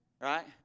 Right